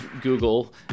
Google